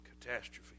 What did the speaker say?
Catastrophe